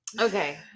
Okay